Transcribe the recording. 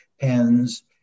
pens